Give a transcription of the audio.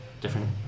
different